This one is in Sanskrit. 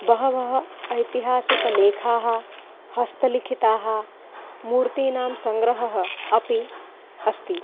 बहवः ऐतिहासिकलेखाः हस्तलिखिताः मूर्तीनां सङ्ग्रहः अपि अस्ति